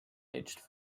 aged